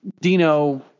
Dino –